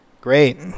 Great